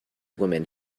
woman